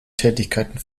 tätigkeiten